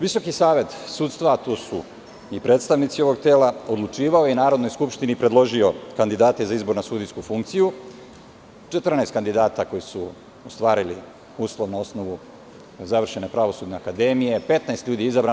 Visoki savet sudstva, a tu su i predstavnici ovog tela odlučivali, Narodnoj skupštini je predložio kandidate za izbor na sudijsku funkciju, 14 kandidata koji su ostvarili uslov na osnovu završene Pravosudne akademije, a 15 ljudi je izabrano.